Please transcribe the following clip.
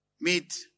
meet